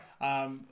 Right